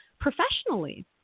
professionally